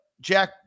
Jack